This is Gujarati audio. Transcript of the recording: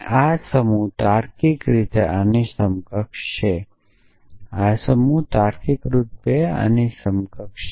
આ સમૂહ તાર્કિક રીતે આની સમકક્ષ છે આ સમૂહ તાર્કિક રૂપે આની સમકક્ષ છે